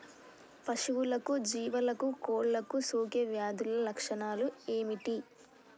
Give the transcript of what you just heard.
పశువులకు జీవాలకు కోళ్ళకు సోకే వ్యాధుల లక్షణాలు ఏమిటి?